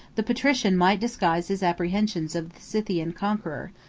the patrician might disguise his apprehensions of the scythian conqueror,